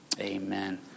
Amen